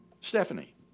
Stephanie